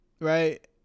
right